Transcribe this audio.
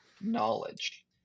knowledge